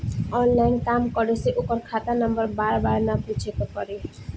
online काम करे से ओकर खाता नंबर बार बार ना पूछे के पड़ी